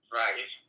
right